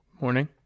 morning